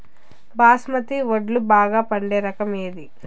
బాస్మతి వడ్లు బాగా పండే రకం ఏది